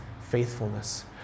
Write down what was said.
faithfulness